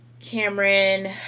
Cameron